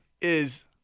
is-